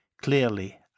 Clearly